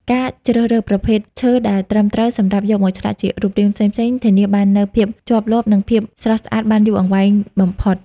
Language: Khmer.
ការជ្រើសរើសប្រភេទឈើដែលត្រឹមត្រូវសម្រាប់យកមកឆ្លាក់ជារូបរាងផ្សេងៗ ធានាបាននូវភាពជាប់លាប់ និងភាពស្រស់ស្អាតបានយូរអង្វែងបំផុត។